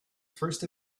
first